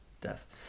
Death